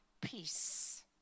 peace